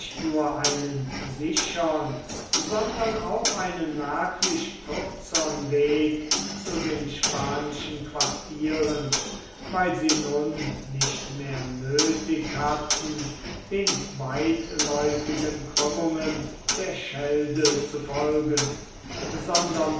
nur einen sichern sondern auch einen merklich kürzern weg zu den spanischen quartieren weil sie nun nicht mehr nöthig hatten den weitläufigen krümmungen der schelde zu folgen sondern